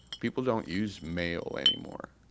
people don't use mail anymore.